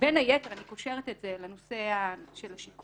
בין היתר, אני קושרת את זה לנושא של השיקום